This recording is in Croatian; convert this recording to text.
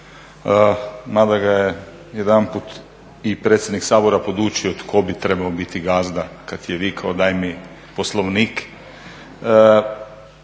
mada ga je jedanput i predsjednik Sabora podučio tko bi trebao biti gazda kada je vikao daj mi Poslovnik.